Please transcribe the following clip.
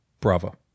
Bravo